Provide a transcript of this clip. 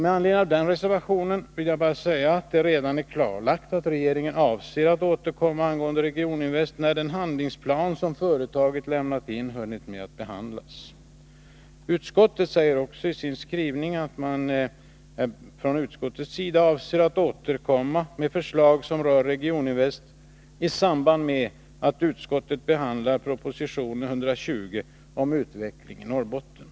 Med anledning av denna reservation vill jag säga att det redan är klarlagt att regeringen avser att återkomma angående Regioninvest, när den handlingsplan som företaget inlämnat till departementet hunnit behandlas. Utskottet säger i sin skrivning att man från utskottets sida avser att återkomma med förslag som rör Regioninvest i samband med att utskottet behandlar propositionen 120 om utveckling i Norrbotten.